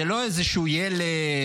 זה לא איזשהו ילד,